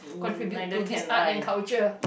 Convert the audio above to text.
contribute to this art and culture